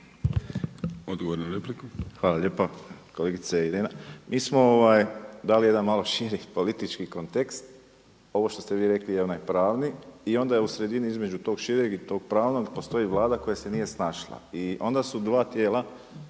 Josip (HDZ)** Hvala lijepa. Kolegice Irena, mi smo dali jedan malo širi politički kontekst, ovo što ste vi rekli je onaj pravi i onda je u sredini između tog šireg i tog pravnog postoji vlada koja se nije snašla. I onda su dva tijela